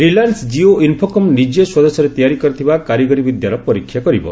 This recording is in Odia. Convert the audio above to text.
ରିଲାଏନ୍ନ ଜିଓ ଇନ୍ଫୋକମ୍ ନିଜେ ସ୍ୱଦେଶରେ ତିଆରି କରିଥିବା କାରିଗରୀ ବିଦ୍ୟାର ପରୀକ୍ଷା କରିବ